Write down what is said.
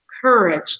Courage